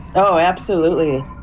oh absolutely.